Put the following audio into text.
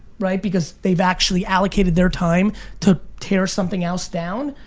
right, because they've actually allocated their time to tear something else down.